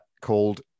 called